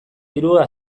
dirua